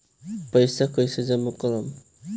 पैसा कईसे जामा करम?